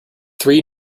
three